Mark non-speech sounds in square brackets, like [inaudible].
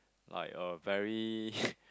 like a very [breath]